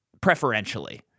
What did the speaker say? preferentially